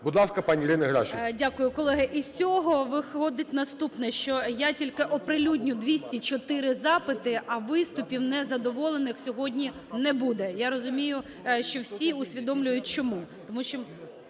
Будь ласка, пані Ірина Геращенко.